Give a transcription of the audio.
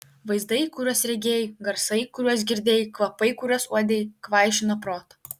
vaizdai kuriuos regėjai garsai kuriuos girdėjai kvapai kuriuos uodei kvaišino protą